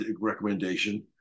recommendation